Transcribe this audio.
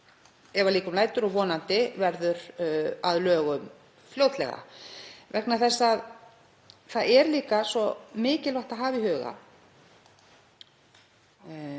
ef að líkum lætur og vonandi verður að lögum fljótlega. Það er líka svo mikilvægt að hafa í huga,